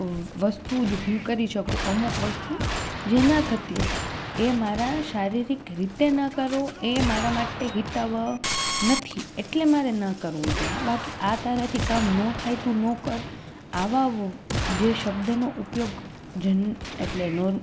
વસ્તુ જ હું કરી શકું અમુક વસ્તુ જે ન થતી હોય એ મારા શારીરિક રીતે ન કરું એ મારા માટે હિતાવહ નથી એટલે મારે ન કરવું જોઈએ બાકી આ તારાથી કામ ન થાય તું ન કર આવા વ જે શબ્દનો ઉપયોગ જન એટલે નૉર